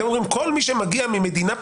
כל מי שמגיע ממדינה פלונית,